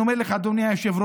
אני אומר לך, אדוני היושב-ראש,